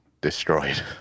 destroyed